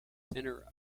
centre